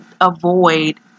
avoid